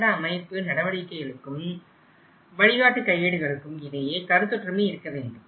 கட்டமைப்பு நடவடிக்கைகளுக்கும் வழிகாட்டு கையேடுகளுக்கும் இடையே கருத்தொற்றுமை இருக்க வேண்டும்